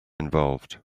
involved